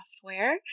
Software